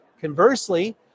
Conversely